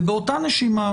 ובאותה נשימה,